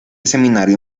seminario